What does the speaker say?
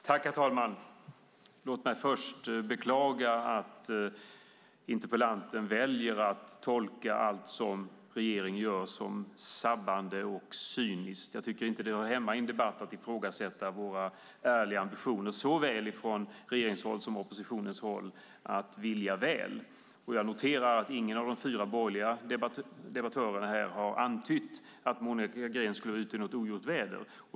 Herr talman! Låt mig först beklaga att interpellanten väljer att tolka allt som regeringen gör som sabbande och cyniskt. Jag tycker inte att det hör hemma i en debatt att ifrågasätta våra ärliga ambitioner och att vi såväl från regeringens håll som i oppositionens roll vill väl. Jag noterar att ingen av de fyra debattörerna här har antytt att Monica Green skulle vara ute i något ogjort väder.